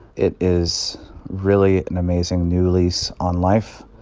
it is really an amazing new lease on life.